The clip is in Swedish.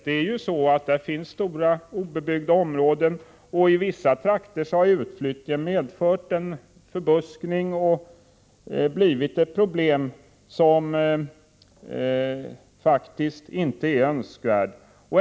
Det finns stora obebyggda områden, och i vissa trakter har utflyttningen medfört en förbuskning som inte är önskvärd.